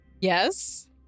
Yes